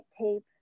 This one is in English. tape